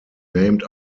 named